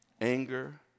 Anger